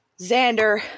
Xander